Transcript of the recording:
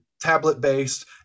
tablet-based